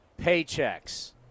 Paychecks